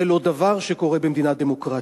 זה לא דבר שקורה במדינה דמוקרטית.